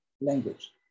language